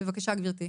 בבקשה גברתי.